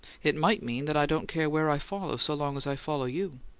it might mean that i don't care where i follow so long as i follow you.